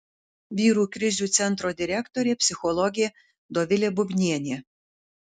vyrų krizių centro direktorė psichologė dovilė bubnienė